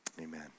amen